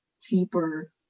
cheaper